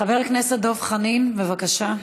חבר הכנסת דב חנין, בבקשה.